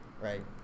Right